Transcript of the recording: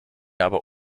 aber